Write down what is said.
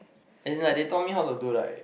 as in like they taught me how to do like